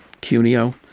Cuneo